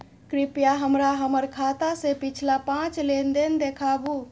कृपया हमरा हमर खाता से पिछला पांच लेन देन देखाबु